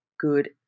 Good